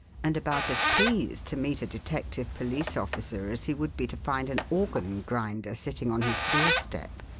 and about as pleased to meet a detective police officer as he would be to find an organ-grinder sitting on his doorstep.